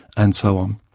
and so um